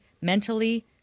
mentally